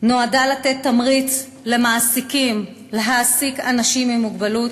נועדה לתת תמריץ למעסיקים להעסיק אנשים עם מוגבלות,